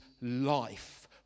life